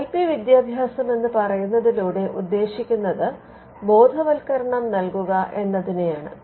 I P വിദ്യാഭ്യാസം എന്ന് പറയുന്നതിലൂടെ ഉദ്ദേശിക്കുന്നത് ബോധവത്കരണം നൽകുക എന്നതിനെയാണ്